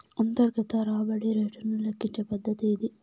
అంతర్గత రాబడి రేటును లెక్కించే పద్దతి ఇది